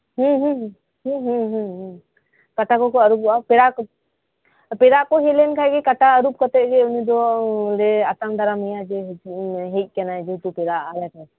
ᱦᱮᱸ ᱦᱮᱸ ᱦᱮᱸ ᱦᱮᱸ ᱠᱟᱴᱟ ᱠᱚᱠᱚ ᱟᱹᱨᱩᱯᱚᱜ ᱟ ᱯᱮᱲᱟᱜ ᱠᱩ ᱦᱮᱡᱞᱮᱱᱠᱷᱟᱡᱜᱤ ᱠᱟᱴᱟ ᱟᱹᱨᱩᱵ ᱠᱟᱛᱮᱫ ᱜᱤ ᱩᱱᱤ ᱫᱚᱞᱮ ᱟᱛᱟᱝ ᱫᱟᱨᱟᱢᱮᱭᱟ ᱦᱮᱡ ᱟᱠᱟᱱᱟᱭ ᱡᱮᱦᱮᱛᱩ ᱯᱮᱲᱟᱜ ᱟᱞᱮᱴᱷᱮᱱ